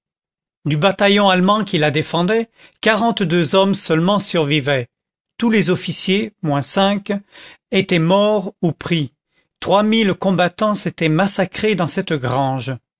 du bataillon allemand qui la défendait quarante-deux hommes seulement survivaient tous les officiers moins cinq étaient morts ou pris trois mille combattants s'étaient massacrés dans cette grange